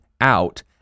out